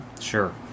sure